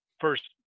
first